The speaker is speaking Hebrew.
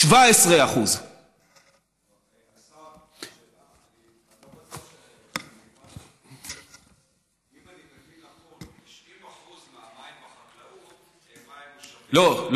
17%. אם אני מבין נכון,